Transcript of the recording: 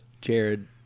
Jared